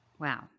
Wow